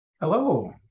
Hello